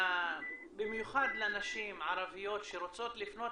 במיוחד לנשים ערביות שרוצות לפנות